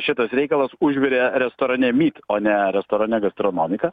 šitas reikalas užvirė restorane myt o ne restorane gastronomika